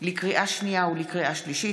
לקריאה שנייה ולקריאה שלישית,